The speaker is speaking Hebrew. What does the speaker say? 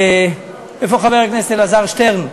איפה חבר הכנסת אלעזר שטרן?